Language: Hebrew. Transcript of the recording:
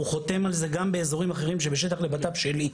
הוא חותם על זה גם באזורים אחרים שבשטח לבט"פ שלי.